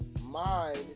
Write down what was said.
mind